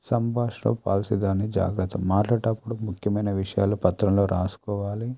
సంభాష్లో policy దాన్ని జాగ్రత్త మాట్లాడేటప్పుడు ముఖ్యమైన విషయాలు పత్రంలో రాసుకోవాలి